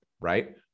right